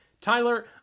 Tyler